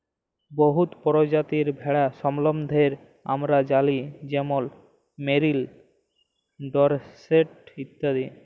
বহুত পরজাতির ভেড়ার সম্বল্ধে আমরা জালি যেমল মেরিল, ডরসেট ইত্যাদি